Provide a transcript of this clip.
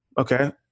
okay